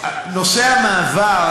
נושא המעבר,